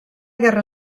guerra